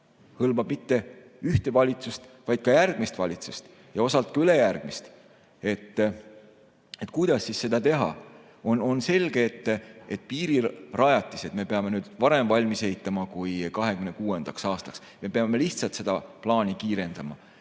hõlma ühte valitsust, vaid hõlmab ka järgmist valitsust ja osalt ka ülejärgmist. Kuidas siis seda teha? On selge, et piirirajatised me peame nüüd varem valmis ehitama kui 2026. aastaks. Me peame lihtsalt seda plaani kiirendama.